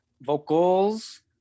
Vocals